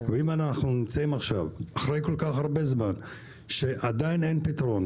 ואם אנחנו נמצאים עכשיו אחרי כל כך הרבה זמן במצב שאין עדיין פתרון,